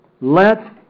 Let